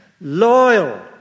loyal